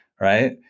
right